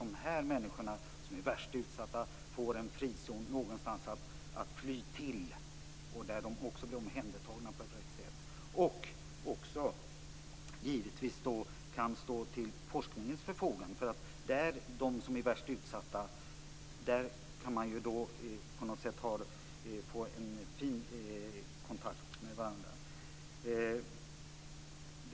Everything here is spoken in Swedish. Dessa människor kan då också stå till forskningens förfogande. På ett sådant ställe skulle de människor som är värst utsatta kunna få en fin kontakt med varandra.